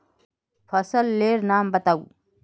फसल लेर नाम बाताउ?